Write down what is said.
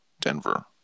denver